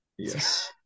Yes